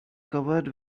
covered